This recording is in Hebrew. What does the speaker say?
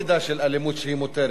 אין מידה של אלימות שהיא מותרת.